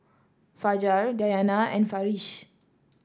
Fajar Dayana and Farish